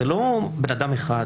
ולא מדובר באחד,